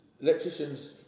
Electricians